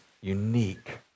unique